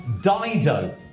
Dido